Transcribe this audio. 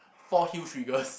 four heel triggers